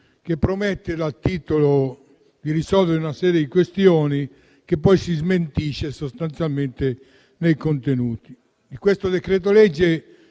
che promette dal titolo di risolvere una serie di questioni e poi si smentisce sostanzialmente nei contenuti. In questo decreto-legge